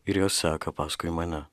ir jos seka paskui mane